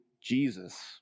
Jesus